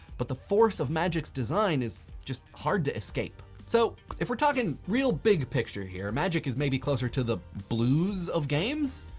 but the force of magic's design is just hard to escape. so if we're talking real big picture here, magic is maybe closer to the blues of games.